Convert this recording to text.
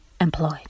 employed